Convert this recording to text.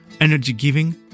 Energy-giving